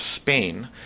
Spain